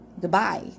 goodbye